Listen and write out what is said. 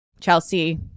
Chelsea